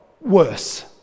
worse